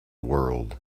world